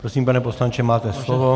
Prosím, pane poslanče, máte slovo.